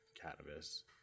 cannabis